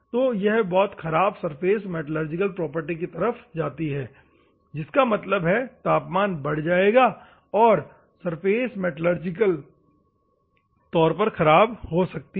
तो यह बहुत खराब सरफेस मेटलर्जिकल प्रॉपर्टी की तरफ जाती है जिसका मतलब है तापमान बढ़ जाएगा और सरफेस मेटलर्जिकल तौर पर खराब हो सकती है